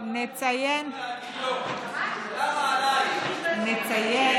למה הטילו עלייך דווקא להגיד לא?